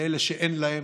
לאלה שאין להם,